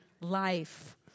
life